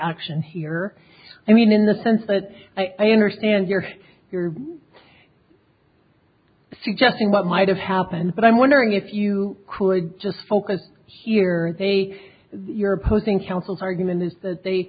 action here i mean in the sense but i understand your you're suggesting what might have happened but i'm wondering if you could just focus here is a you're putting counsel's argument is that they